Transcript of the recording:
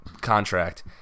contract